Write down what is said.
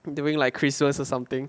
during like christmas or something